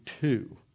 two